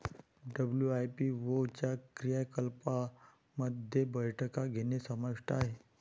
WIPO च्या क्रियाकलापांमध्ये बैठका घेणे समाविष्ट आहे